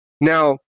now